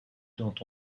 dont